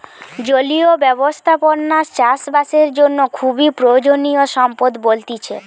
জলীয় ব্যবস্থাপনা চাষ বাসের জন্য খুবই প্রয়োজনীয় সম্পদ বলতিছে